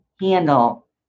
handle